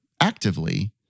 actively